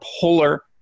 polar